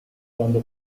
quando